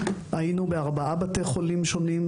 היינו בארבעה בתי חולים שונים,